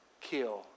kill